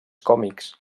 còmics